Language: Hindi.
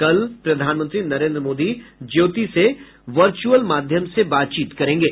कल प्रधानमंत्री नरेन्द्र मोदी ज्योति से वर्च्रअल माध्यम से बातचीत करेंगे